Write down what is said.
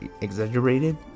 exaggerated